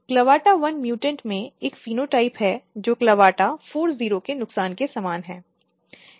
Clavata1 mutant में एक phenotype है जो CLAVATA40 के नुकसान के समान है